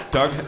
Doug